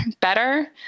better